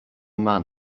man